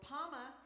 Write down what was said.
Palma